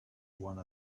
one